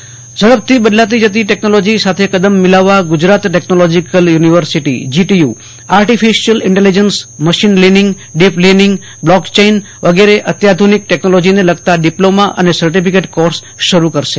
GTU ઝડપથી બદલાતી જતી ટેક્નોલોજી સાથે કદમ મિલાવવા Gujarat technological university GTU artificial intelligence machine learning deep learning block chain વગેરે અત્યાધ્રનિક ટેક્નોલોજીને લગતા ડિપ્લોમા અને સર્ટીફિકેટ કોર્સ શરૂ કરશે